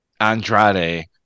Andrade